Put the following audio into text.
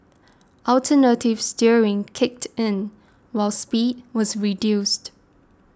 alternative steering kicked in while speed was reduced